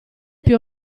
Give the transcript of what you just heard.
più